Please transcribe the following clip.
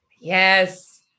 yes